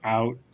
Out